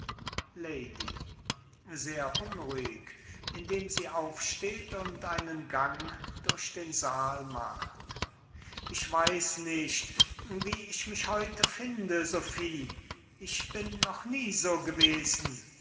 indem sie aufsteht und einen gang durch den saal macht ich weiß nicht wie ich mich heute finde sophie ich bin noch nie so gewesen also